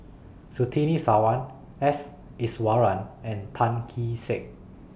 Surtini Sarwan S Iswaran and Tan Kee Sek